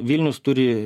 vilnius turi